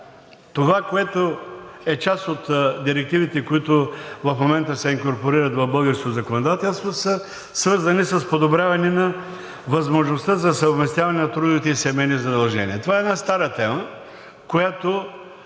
това, което е част от директивите, които в момента се инкорпорират в българското законодателство, са свързани с подобряване на възможността за съвместяване на трудовите и семейни задължения. Това е една стара тема, която